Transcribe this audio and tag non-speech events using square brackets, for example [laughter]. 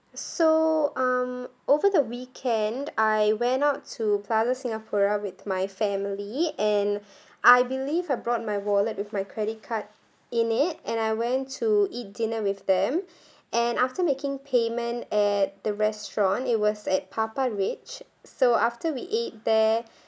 so um over the weekend I went out to plaza singapura with my family and [breath] I believe I brought my wallet with my credit card in it and I went to eat dinner with them [breath] and after making payment at the restaurant it was at PappaRich so after we ate there [breath]